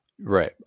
right